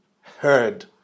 heard